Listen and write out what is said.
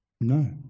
No